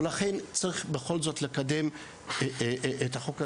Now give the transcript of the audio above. ולכן, בכל זאת צריך לקדם את החוק הזה.